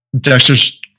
Dexter's